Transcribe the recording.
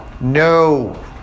No